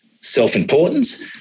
self-importance